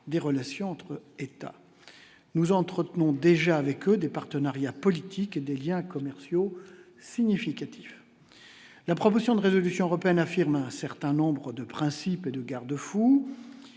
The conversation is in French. des relations entre État, nous entretenons déjà avec des partenariats politiques et des Liens commerciaux significatifs, la proposition de résolution européenne, affirme un certain nombre de principes et de garde-fous,